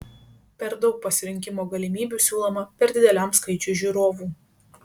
per daug pasirinkimo galimybių siūloma per dideliam skaičiui žiūrovų